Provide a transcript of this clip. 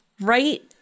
right